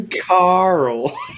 Carl